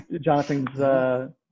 Jonathan's